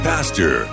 Pastor